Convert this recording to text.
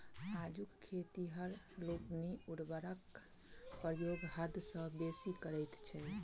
आजुक खेतिहर लोकनि उर्वरकक प्रयोग हद सॅ बेसी करैत छथि